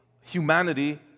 humanity